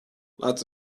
lots